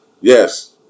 Yes